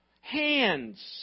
Hands